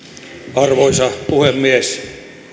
arvoisa puhemies